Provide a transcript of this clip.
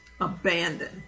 abandoned